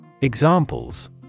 Examples